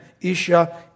Isha